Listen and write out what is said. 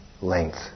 length